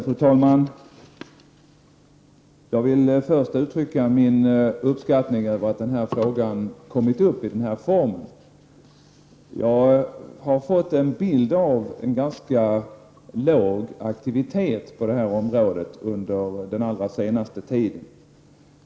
Fru talman! Jag vill först uttrycka min uppskattning över att denna fråga kommit upp i den här formen. Jag har fått en bild av en ganska låg aktivitet på detta område under den allra senaste tiden.